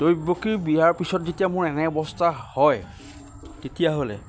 দৈৱকী বিয়াৰ পিছত যেতিয়া মোৰ এনে অৱস্থা হয় তেতিয়াহ'লে